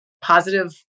positive